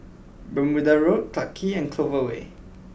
Bermuda Road Clarke Quay and Clover Way